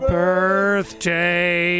birthday